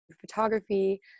photography